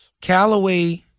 Callaway